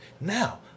Now